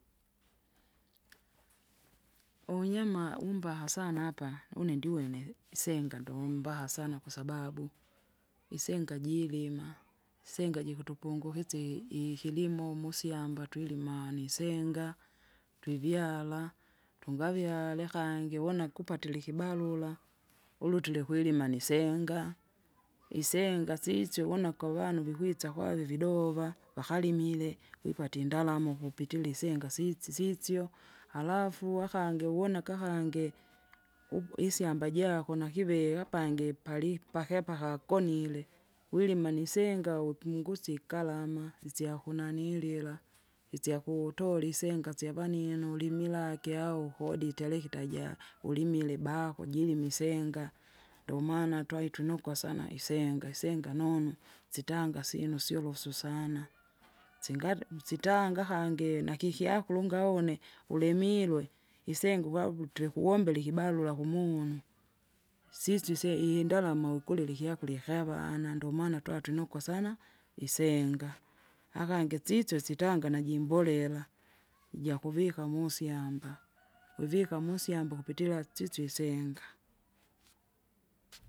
unyama umbaha sana apa une ndiwene isenga ndombaha sana kwasababu, isenga jiirima, isenga jikutupungukisya i- ikilimo musyamba twilimani isenga, twivyala, tungavyale akangi vona kupatile ikibarura, ulu tulikwilima nisenga. Isenga sisyo wuna kwavanu kikwitsa kwavivi idova vakalimile, wipate indalama ukupitili isenga sisi sisyo. Alafu akangi uona kakange, u- isyamba jako nakivika apangi pali pake pakagonile wirima nisinga uingusi kalama isyakunanilila, isyakuutola isenga syavanino ulimilaki aokodi itali ikitaja- ulimile baho kujilima isenga. Ndomana twaitunyukwa sana isenga isenga nonu, sitanga sino syolosu sana, singale usitanga akangi nakikyakuru ungaone, ulimilwe, isenga uwawutire kuwombera kumunu. Sisyo isye indalama uwikulila ikyakurya ikyavana ndomana twatwinukwa sana! isenga. Akangi sisyo sitanga najimbolela, ijakuvika ijakuvika musyamba uvika musyamba ukupitira sisyo isenga.